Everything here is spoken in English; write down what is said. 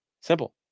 simple